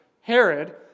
Herod